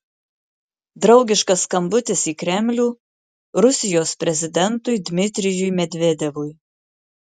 draugiškas skambutis į kremlių rusijos prezidentui dmitrijui medvedevui